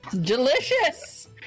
Delicious